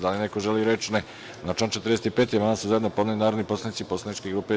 Da li neko želi reč? (Ne) Na član 45. amandman su zajedno podneli narodni poslanici poslaničke grupe SDS.